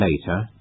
later